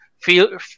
Feel